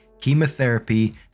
chemotherapy